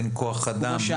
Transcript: אין כוח אדם,